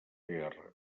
guerra